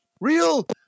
real